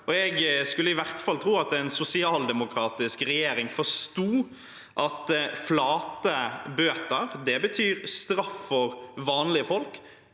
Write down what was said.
En skulle i hvert fall tro at en sosialdemokratisk regjering forsto at flate bøter betyr straff for vanlige folk,